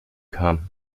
kam